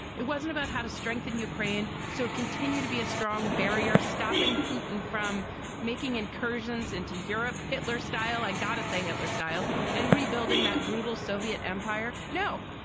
it wasn't about how to strengthen ukraine. ukraine. so continue to be a strong barrier, stopping putin from making incursions into europe, hitler style, i gotta say, hitler style and rebuilding that brutal soviet empire. no,